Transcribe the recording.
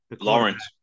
Lawrence